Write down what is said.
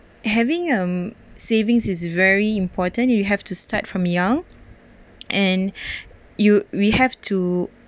having um savings is very important you have to start from young and you we have to